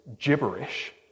Gibberish